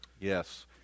Yes